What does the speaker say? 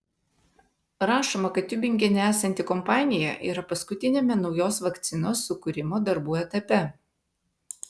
rašoma kad tiubingene esanti kompanija yra paskutiniame naujos vakcinos sukūrimo darbų etape